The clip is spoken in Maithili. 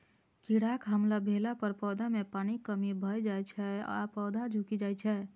कीड़ाक हमला भेला पर पौधा मे पानिक कमी भए जाइ छै आ पौधा झुकि जाइ छै